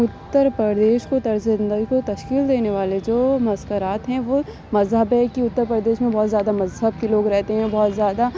اتر پردیش کو طرز زندگی کو تشکیل دینے والے جو مزکرات ہیں وہ مذہب ہے کہ اتر پردیش میں بہت زیادہ مذہب کے لوگ رہتے ہیں بہت زیادہ